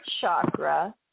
chakra